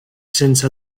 since